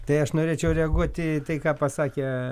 tai aš norėčiau reaguoti į tai ką pasakė